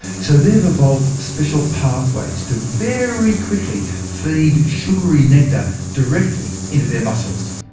so, they've evolved special pathways to very quickly feed sugary nectar directly into their muscles.